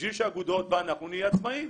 בשביל שהאגודות ואנחנו נהיה עצמאיים,